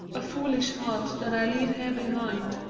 a foolish heart that i leave here behind.